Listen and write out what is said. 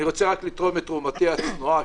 אני רוצה רק לתרום את תרומתי הצנועה,